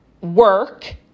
work